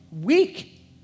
weak